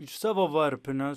iš savo varpinės